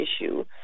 issue